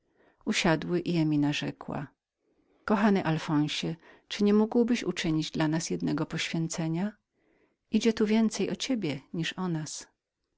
usiadły i emina rzekła kochany alfonsie czy nie mógłbyś uczynić dla nas jednego poświęcenia idzie tu więcej o ciebie niż o nas